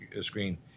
screen